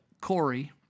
Corey